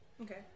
Okay